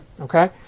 Okay